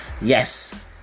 yes